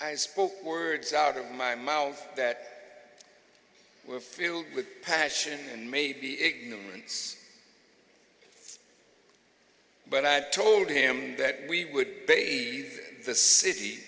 i spoke words out of my mouth that were filled with passion and maybe ignorance but i told him that we would pay the city